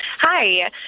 Hi